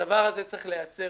הדבר הזה צריך להיעצר.